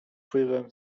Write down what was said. wpływem